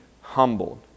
humbled